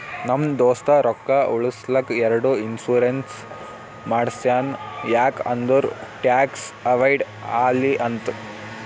ನಮ್ ದೋಸ್ತ ರೊಕ್ಕಾ ಉಳುಸ್ಲಕ್ ಎರಡು ಇನ್ಸೂರೆನ್ಸ್ ಮಾಡ್ಸ್ಯಾನ್ ಯಾಕ್ ಅಂದುರ್ ಟ್ಯಾಕ್ಸ್ ಅವೈಡ್ ಆಲಿ ಅಂತ್